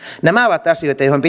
nämä ovat asioita joihin